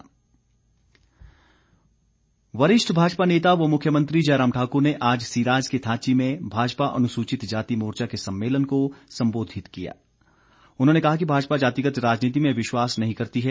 मुख्यमंत्री वरिष्ठ भाजपा नेता व मुख्यमंत्री जयराम ठाक्र ने आज सिराज के थाची में भाजपा अनुसूचित जाति मोर्चा के सम्मेलन को सम्बोधित करते हए कहा कि भाजपा जातिगत राजनीति में विश्वास नहीं करती है